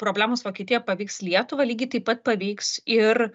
problemos vokietijoj paveiks lietuvą lygiai taip pat paveiks ir